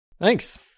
thanks